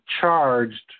charged